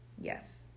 Yes